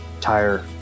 Tire